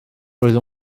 roedd